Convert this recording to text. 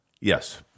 Yes